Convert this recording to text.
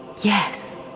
Yes